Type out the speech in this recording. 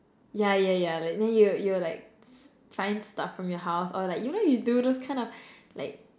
yeah yeah yeah like then you will you will like find stuff from your house or like you know do those kind of like